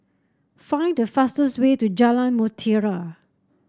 find the fastest way to Jalan Mutiara